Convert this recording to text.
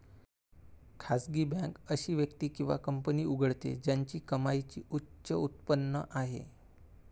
खासगी बँक अशी व्यक्ती किंवा कंपनी उघडते ज्याची कमाईची उच्च उत्पन्न आहे